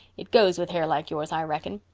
it goes with hair like yours, i reckon.